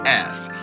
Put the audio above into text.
ass